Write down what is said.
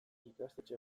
ikastetxe